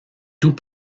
tout